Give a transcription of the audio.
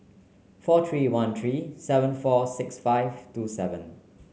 four three one three seven four six five two seven